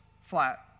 flat